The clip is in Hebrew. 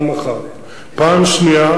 שנית,